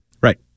right